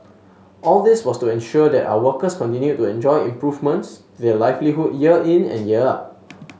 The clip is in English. all this was to ensure that our workers continued to enjoy improvements to their livelihood year in and year out